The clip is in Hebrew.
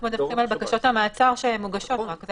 אנחנו מדווחים על בקשות המעצר שמוגשות, רק.